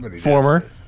Former